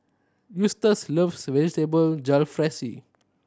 Eustace loves Vegetable Jalfrezi